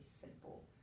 simple